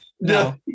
No